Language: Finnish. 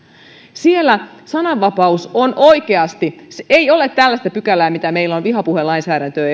siellä sananvapaus on oikeasti ei ole tällaista pykälää mitä meillä euroopassa on vihapuhelainsäädäntöä